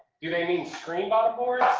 do they mean screen bottom boards?